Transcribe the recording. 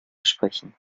sprechen